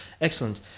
excellent